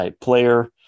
player